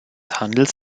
handels